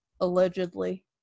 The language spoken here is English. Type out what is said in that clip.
allegedly